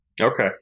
Okay